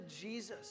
Jesus